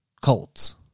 Colts